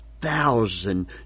thousand